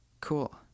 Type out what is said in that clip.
Cool